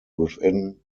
within